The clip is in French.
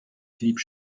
philippe